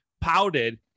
pouted